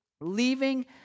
leaving